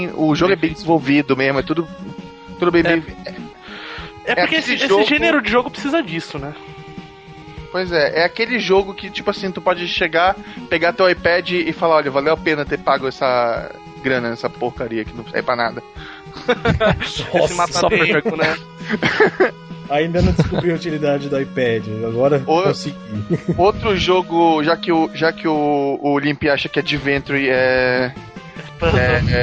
O jogo é bem Difícil. desenvolvido mesmo, é tudo- tudo bem- É. bem- é- É é porque aquele esse- esse jogo- gênero de jogo precisa disso, né? Pois é, é aquele jogo que, tipo assim, tu pode chegar, pegar teu iPad e falar, "Olha, valeu a pena ter pago essa grana, essa porcaria que não serve pra nada." Nossa, Esse só- mapa só do perfeito. tempo, né? Ainda não descobri a utilidade do iPad, agora O- consegui. outro jogo, já que o- já que o- o Olympia acha que é adventure, é- É puzzle. é-